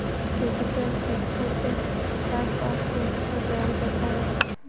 capital structure से cost of capital प्रभावित होता है